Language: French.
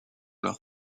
leur